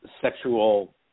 sexual